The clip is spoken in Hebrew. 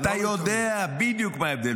אתה יודע בדיוק מה ההבדל,